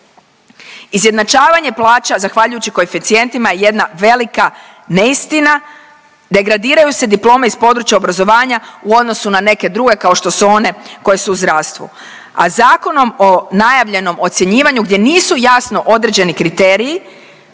Izjednačavanje plaća zahvaljujući koeficijentima jedna velika neistina degradiraju se diplome iz područja obrazovanja u odnosu na neke druge kao što su u zdravstvu. A Zakonom o najavljenom ocjenjivanju gdje nisu jasno određeni kriteriji